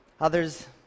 Others